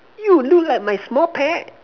you look like my small pet